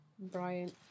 Brian